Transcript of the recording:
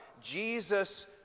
Jesus